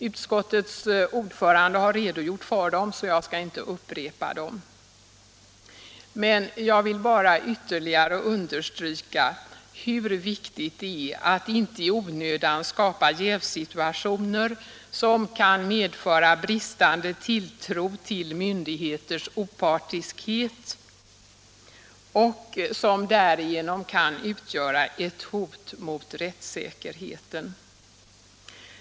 Utskottets ordförande har redogjort för dem, så jag skall inte upprepa dem. Jag vill bara ytterligare understryka hur viktigt det är att inte i onödan skapa jävsituationer som kan medföra bristande tilltro till myndigheters opartiskhet och därigenom utgör ett hot mot rätts säkerheten.